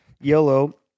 Yellow